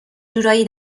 جورایی